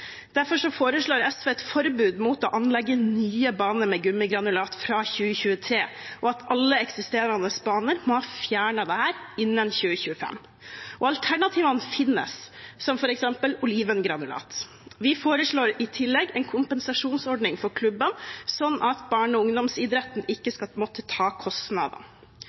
Derfor foreslår SV et forbud mot å anlegge nye baner med gummigranulat fra 2023, og at alle eksisterende baner må ha fjernet dette innen 2025. Alternativene finnes, som f.eks. olivengranulat. Vi foreslår i tillegg en kompensasjonsordning for klubbene, slik at barne- og ungdomsidretten ikke skal måtte ta